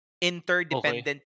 Interdependent